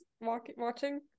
watching